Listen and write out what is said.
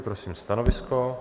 Prosím stanovisko.